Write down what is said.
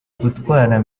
gutwara